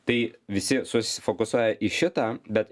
tai visi susifokusuoja į šitą bet